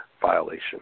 violation